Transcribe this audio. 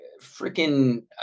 freaking